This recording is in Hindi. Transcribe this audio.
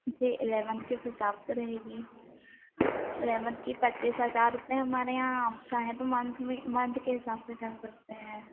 जी इलेवंथ के हिसाब से रहेगी इलेवंथ की पच्चीस हजार रुपये है हमारे यहाँ आपका है तो मंथ में मंथ के हिसाब से कर सकते हैं